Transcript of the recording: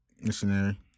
Missionary